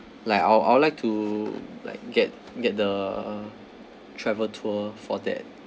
like I I would like to like get get the travel tour for that